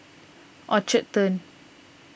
Orchard Turn